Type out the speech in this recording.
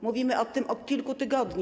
Mówimy o tym od kilku tygodni.